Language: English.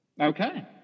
Okay